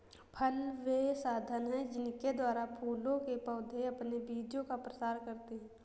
फल वे साधन हैं जिनके द्वारा फूलों के पौधे अपने बीजों का प्रसार करते हैं